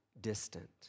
distant